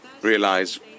realize